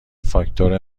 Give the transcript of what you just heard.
فاکتور